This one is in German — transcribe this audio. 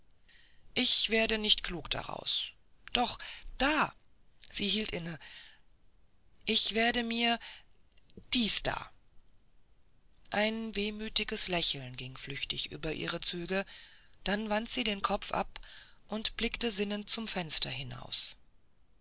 ich werde nicht klug daraus doch da sie hielt inne ich werde mir dies da ein wehmütiges lächeln ging flüchtig über ihre züge dann wandte sie den kopf ab und blickte sinnend zum fenster hinaus